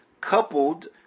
coupled